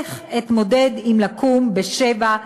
איך אתמודד עם לקום ב-07:00,